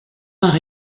par